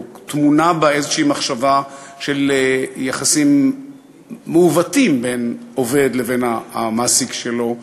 או טמונה בה איזושהי מחשבה של יחסים מעוותים בין עובד לבין המעסיק שלו,